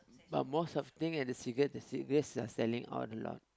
but most of thing and the cigarettes the cigarettes are selling out a lot